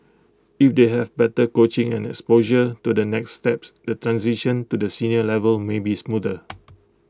if they have better coaching and exposure to the next steps the transition to the senior level may be smoother